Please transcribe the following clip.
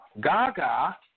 Gaga